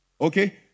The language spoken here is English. Okay